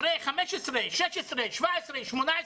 אחרי 15, 16, 17, 18